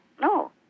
no